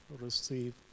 receive